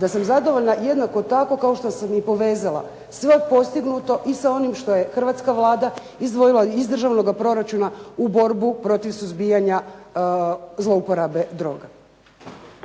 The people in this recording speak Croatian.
da sam zadovoljna jednako tako kao što sam i povezala sve postignuto i sa onim što je hrvatska Vlada izdvojila iz državnoga proračuna u borbu protiv suzbijanja zlouporabe droga.